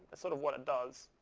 sort of what it does,